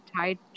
tied